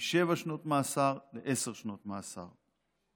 משבע שנות מאסר לעשר שנות מאסר.